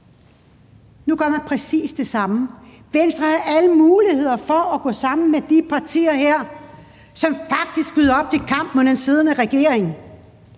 Nu gør man præcis det samme. Venstre havde alle muligheder for at gå sammen med de partier her, som faktisk bød op til kamp mod den siddende regering.